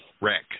wreck